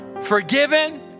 forgiven